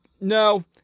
no